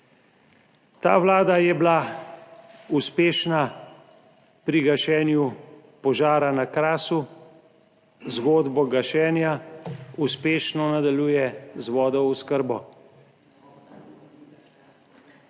Ta vlada je bila uspešna pri gašenju požara na Krasu, zgodbo gašenja uspešno nadaljuje z vodooskrbo.